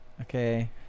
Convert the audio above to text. Okay